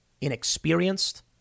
inexperienced